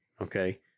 Okay